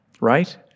right